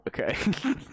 Okay